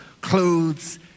clothes